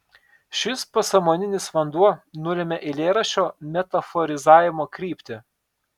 šis pasąmoninis vanduo nulemia eilėraščio metaforizavimo kryptį